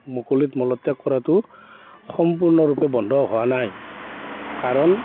মুকলিত মলত্যাগ কৰাটো সম্পূৰ্ণৰূপে বন্ধ হোৱা নাই কাৰণ